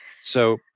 So-